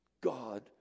God